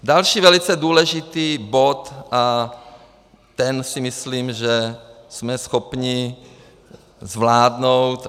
Další velice důležitý bod a ten si myslím, že jsme schopni zvládnout.